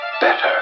better